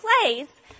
place